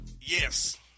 Yes